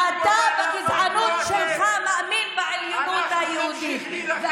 אנחנו בעלי הבית, לא אתם.